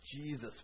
Jesus